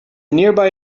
nearby